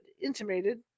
intimated